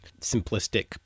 simplistic